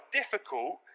difficult